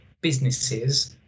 businesses